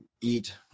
eat